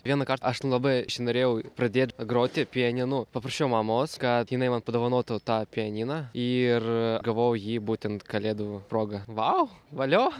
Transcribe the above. vienąkart aš labai norėjau pradėt groti pianinu paprašiau mamos kad jinai man padovanotų tą pianiną ir gavau jį būtent kalėdų proga vau valio